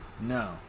No